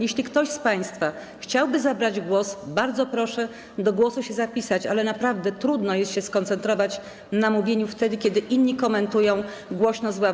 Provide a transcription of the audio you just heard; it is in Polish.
Jeśli ktoś z państwa chciałby zabrać głos, bardzo proszę zapisać się do głosu, ale naprawdę trudno jest się skoncentrować na mówieniu wtedy, kiedy inni komentują głośno z ław.